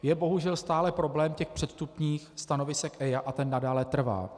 Je bohužel stále problém těch předvstupních stanovisek EIA a ten nadále trvá.